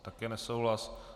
Také nesouhlas.